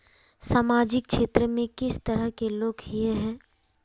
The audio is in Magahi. सामाजिक क्षेत्र में किस तरह के लोग हिये है?